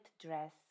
dress